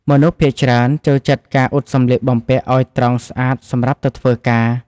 មនុស្សភាគច្រើនចូលចិត្តការអ៊ុតសម្លៀកបំពាក់ឱ្យត្រង់ស្អាតសម្រាប់ទៅធ្វើការ។